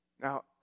Now